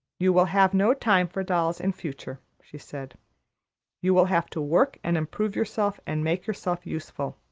you will have no time for dolls in future, she said you will have to work and improve yourself, and make yourself useful.